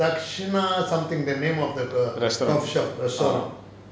coffee shop